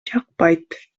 жакпайт